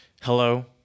Hello